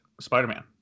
Spider-Man